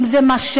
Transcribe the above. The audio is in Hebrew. אם זה משט,